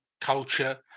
culture